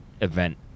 event